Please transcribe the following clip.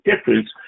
difference